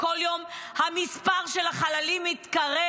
כל יום המספר של החללים מתקרב.